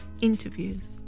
interviews